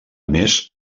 més